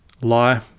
lie